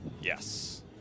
Yes